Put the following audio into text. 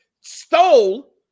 Stole